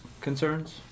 concerns